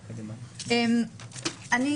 שוב,